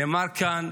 נאמר כאן,